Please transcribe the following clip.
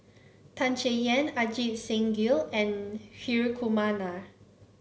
Tan Chay Yan Ajit Singh Gill and Hri Kumar Nair